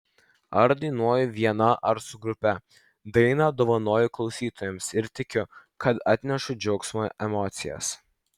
ar dainuoju viena ar su grupe dainą dovanoju klausytojams ir tikiu kad atnešu džiaugsmą emocijas